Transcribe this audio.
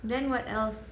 then what else